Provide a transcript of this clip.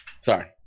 Sorry